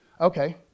Okay